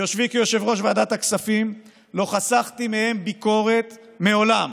ביושבי כיושב-ראש ועדת הכספים לא חסכתי מהם ביקורת מעולם,